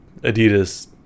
Adidas